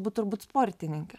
būt turbūt sportininke